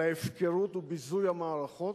על ההפקרות וביזוי המערכות,